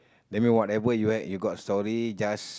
that mean whatever you have you got story just